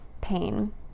pain